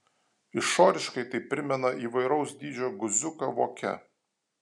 išoriškai tai primena įvairaus dydžio guziuką voke